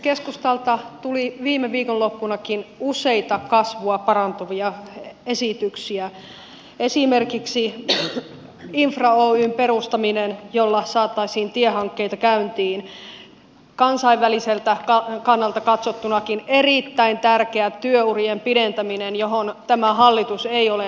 keskustalta tuli viime viikonloppunakin useita kasvua parantavia esityksiä esimerkiksi infra oyn perustaminen jolla saataisiin tiehankkeita käyntiin ja kansainväliseltä kannalta katsottunakin erittäin tärkeä työurien pidentäminen johon tämä hallitus ei ole uskaltanut lähteä